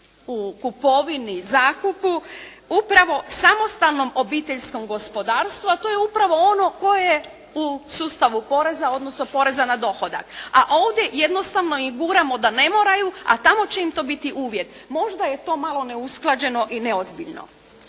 u kupovini, zakupu upravo samostalnom obiteljskom gospodarstvu, a to je upravo ono koje je u sustavu poreza odnosno poreza na dohodak. A ovdje jednostavno ih guramo da ne moraju, a tamo će im to biti uvjet. Možda je to malo neusklađeno i neozbiljno.